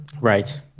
Right